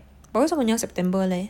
oh but 为什么你要 september leh